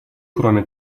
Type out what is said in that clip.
кроме